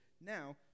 Now